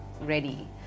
ready